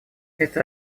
это